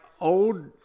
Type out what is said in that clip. old